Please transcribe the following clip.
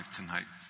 tonight